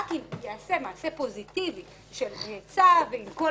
רק אם ייעשה מעשה פוזיטיבי של היצע ועם כל